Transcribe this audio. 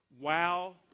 Wow